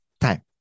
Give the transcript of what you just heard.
time